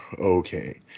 okay